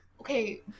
Okay